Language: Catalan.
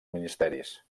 ministeris